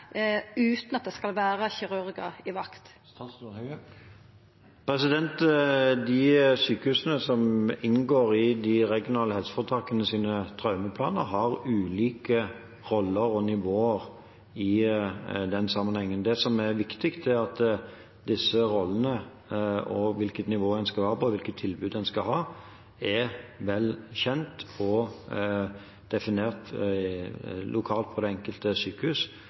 at det skal vera kirurgar på vakt? De sykehusene som inngår i de regionale helseforetakenes traumeplaner, har ulike roller og nivåer i den sammenheng. Det som er viktig, er at disse rollene – og hvilket nivå og hvilket tilbud en skal ha – er vel kjent og definert lokalt på det enkelte sykehus,